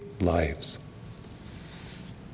lives